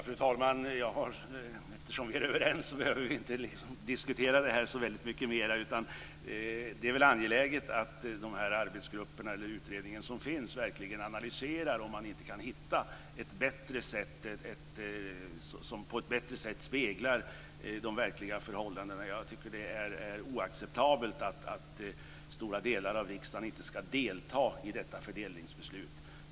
Fru talman! Eftersom vi är överens behöver vi inte diskutera det här så väldigt mycket mera. Det är väl angeläget att den utredning som finns verkligen analyserar om man inte kan hitta ett tillvägagångssätt som bättre speglar de verkliga förhållandena. Jag tycker att det är oacceptabelt att stora delar av riksdagen inte ska delta i detta fördelningsbeslut.